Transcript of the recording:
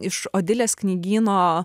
iš odilės knygyno